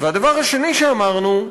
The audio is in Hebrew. הדבר השני שאמרנו,